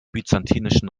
byzantinischen